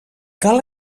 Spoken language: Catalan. cal